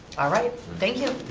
alright, thank you.